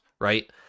right